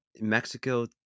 Mexico